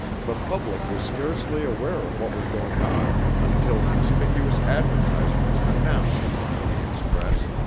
the public was scarcely aware of what was going on until conspicuous advertisements announced the pony express.